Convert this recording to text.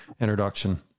introduction